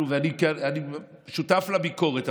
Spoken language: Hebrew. אני שותף לביקורת,